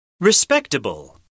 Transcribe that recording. Respectable